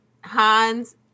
Hans